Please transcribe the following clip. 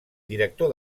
director